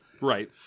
Right